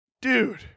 dude